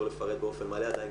היום לפרט באופן מלא עדיין,